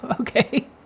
okay